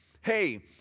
hey